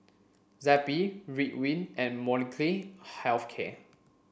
Zappy Ridwind and Molnylcke Health Care